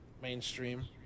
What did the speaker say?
mainstream